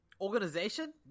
Organization